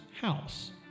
house